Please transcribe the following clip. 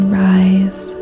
rise